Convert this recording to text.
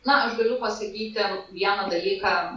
na aš galiu pasakyti vieną dalyką